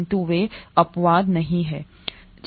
किंतु वे अपवाद नहीं